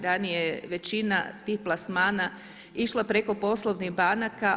Ranije je većina tih plasmana išla preko poslovnih banaka.